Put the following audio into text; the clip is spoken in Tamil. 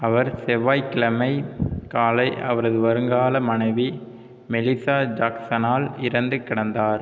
அவர் செவ்வாய்க்கிழமை காலை அவரது வருங்கால மனைவி மெலிசா ஜாக்சனால் இறந்து கிடந்தார்